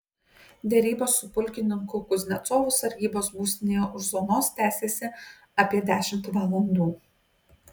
derybos su pulkininku kuznecovu sargybos būstinėje už zonos tęsėsi apie dešimt valandų